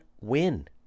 win